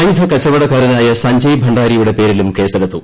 ആയുധക്കച്ചവടക്കാരനായ സഞ്ജയ് ഭണ്ഡാരിയുടെ പേരിലും കേസെടുത്തു